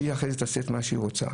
שהיא אחרי זה תעשה את מה שהיא רוצה.